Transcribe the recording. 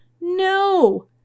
No